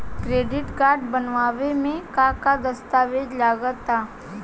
Credit card बनवावे म का का दस्तावेज लगा ता?